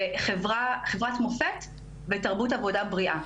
חברת מופת ותרבות עבודה בריאה.